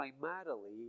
primarily